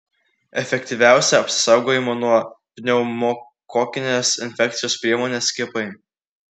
efektyviausia apsisaugojimo nuo pneumokokinės infekcijos priemonė skiepai